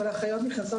אבל אחיות נכנסות,